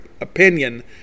opinion